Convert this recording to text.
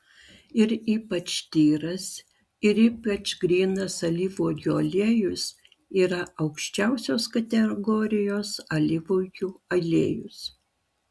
ir ypač tyras ir ypač grynas alyvuogių aliejus yra aukščiausios kategorijos alyvuogių aliejus